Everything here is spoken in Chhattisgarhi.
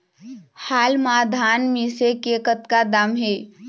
हाल मा धान मिसे के कतका दाम हे?